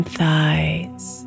thighs